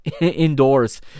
indoors